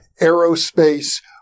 Aerospace